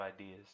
ideas